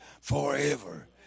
forever